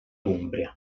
umbria